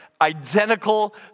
identical